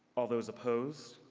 all those opposed?